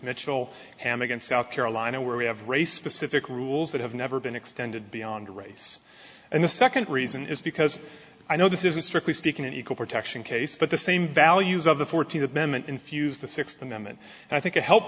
mitchell am against south carolina where we have race specific rules that have never been extended beyond race and the second reason is because i know this isn't strictly speaking an equal protection case but the same values of the fourteenth amendment infused the sixth amendment and i think a help